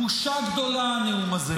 בושה גדולה, הנאום הזה.